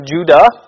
Judah